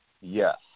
Yes